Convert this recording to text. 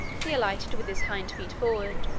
he alighted with his hind-feet forward,